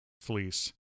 fleece